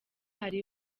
hari